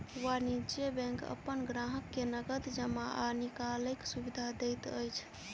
वाणिज्य बैंक अपन ग्राहक के नगद जमा आ निकालैक सुविधा दैत अछि